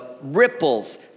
ripples